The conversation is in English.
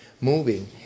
moving